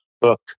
book